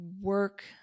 work